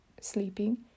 sleeping